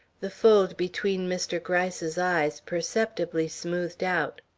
the fold between mr. gryce's eyes perceptibly smoothed out.